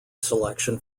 selection